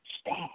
stand